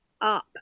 Up